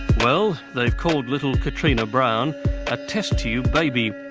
well they've called little katrina brown a test tube baby.